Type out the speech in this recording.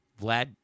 Vlad